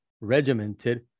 regimented